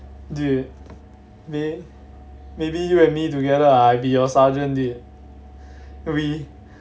dude may maybe you and me together ah I'll be your sergeant then we